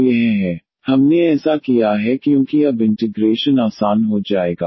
तो यह है 1cos v cos v हमने ऐसा किया है क्योंकि अब इंटिग्रेशन आसान हो जाएगा